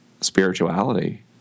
spirituality